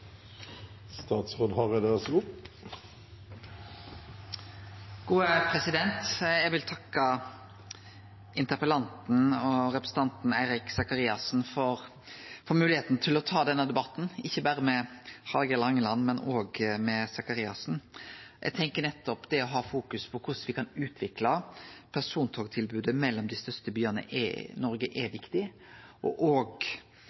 Eg vil takke interpellanten og representanten Eirik Faret Sakariassen for moglegheita til å ta denne debatten – ikkje berre med Hallgeir Langeland, men òg med Faret Sakariassen. Eg tenkjer at det å fokusere på korleis me kan utvikle persontogtilbodet mellom dei største byane i Noreg, er viktig, og